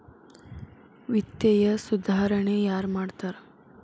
ವಿತ್ತೇಯ ಸುಧಾರಣೆ ಯಾರ್ ಮಾಡ್ತಾರಾ